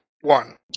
one